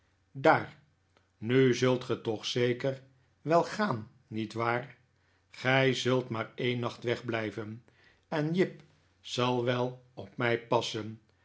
daar nu zult ge toch zeker welgaan niet waar gij zult maar een nacht wegblijven en jip zal wel op mij passen